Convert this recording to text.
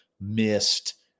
missed